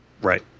Right